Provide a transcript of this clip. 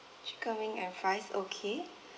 chicken wing and fries okay